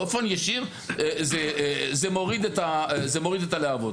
באופן ישיר זה מוריד את הלהבות.